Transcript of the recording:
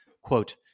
Quote